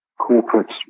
corporates